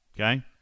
okay